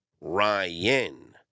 Ryan